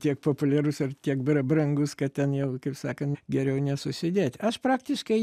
tiek populiarus ar tiek bra brangus kad ten jau kaip sakan geriau nesusidėt aš praktiškai